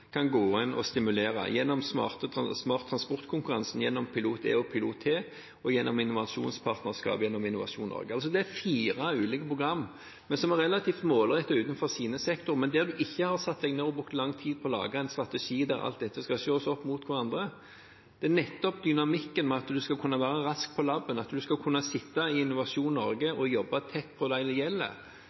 kan gå inn og stimulere gjennom Smartere transport-konkurransen, gjennom PILOT-E, gjennom Pilot-T og gjennom innovasjonspartnerskapet, gjennom Innovasjon Norge. Det er fire ulike programmer, som er relativt målrettede utenfor sine sektorer, men der en ikke har satt seg ned og brukt lang tid på å lage en strategi der alt dette skal ses opp mot hverandre. Det er nettopp dynamikken at en skal kunne være rask på labben, at en skal kunne sitte i Innovasjon Norge og jobbe tett på